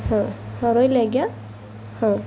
ହଁ ରହିଲି ଆଜ୍ଞା ହଁ